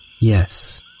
Yes